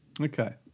Okay